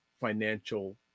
financial